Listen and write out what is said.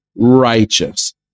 righteous